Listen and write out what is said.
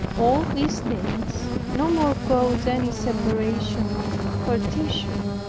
all these things no more cause any separation or partition.